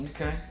Okay